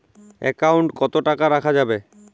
Account কত টাকা রাখা যাবে?